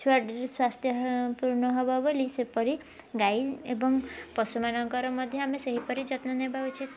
ଛୁଆଟିର ସ୍ୱାସ୍ଥ୍ୟ ପୂର୍ଣ୍ଣ ହେବ ବୋଲି ସେପରି ଗାଈ ଏବଂ ପଶୁମାନଙ୍କର ମଧ୍ୟ ଆମେ ସେହିପରି ଯତ୍ନ ନେବା ଉଚିତ୍